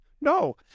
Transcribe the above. No